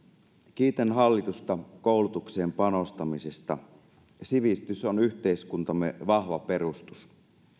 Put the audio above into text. kiitän hallitusta koulutukseen panostamisesta sivistys on yhteiskuntamme vahva perustus